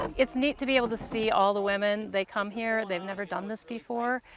it's neat to be able to see all the women. they come here, they've never done this before.